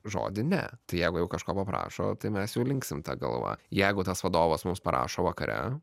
žodį ne tai jeigu jau kažko paprašo tai mes jau linksim ta galva jeigu tas vadovas mums parašo vakare